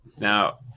now